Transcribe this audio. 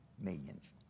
millions